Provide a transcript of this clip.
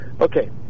Okay